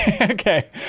okay